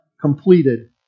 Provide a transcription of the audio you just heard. completed